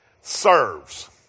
serves